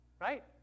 right